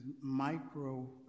micro